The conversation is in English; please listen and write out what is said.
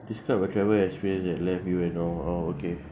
describe a travel experience that left you in awe oh okay